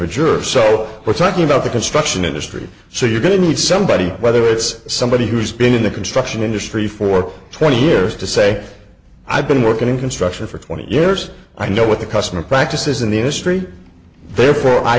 juror so we're talking about the construction industry so you're going to need somebody whether it's somebody who's been in the construction industry for twenty years to say i've been working in construction for twenty years i know what the customer practices in the industry therefore i